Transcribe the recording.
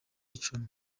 icumi